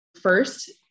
first